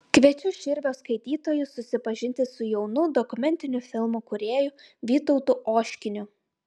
kviečiu širvio skaitytojus susipažinti su jaunu dokumentinių filmų kūrėju vytautu oškiniu